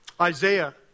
Isaiah